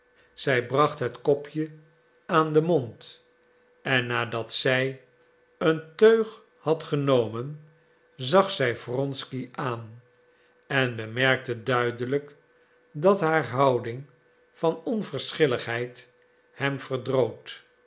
zij bracht het kopje aan den mond en nadat zij een teug had genomen zag zij wronsky aan en bemerkte duidelijk dat haar houding van onverschilligheid hem verdroot